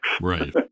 Right